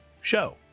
show